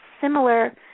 similar